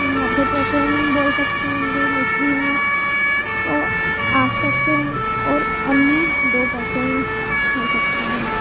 नब्बे पर्सेंट बोल सकते हेंगे मुस्लिम को आठ पर्सेंट और अन्य दो पर्सेंट हो सकता है